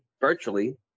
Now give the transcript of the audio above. virtually